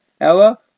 Ella